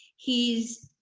he's,